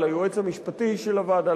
ליועץ המשפטי של הוועדה,